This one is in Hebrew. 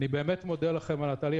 ואני מודה לכם עליו.